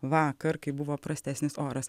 vakar kai buvo prastesnis oras